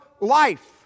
life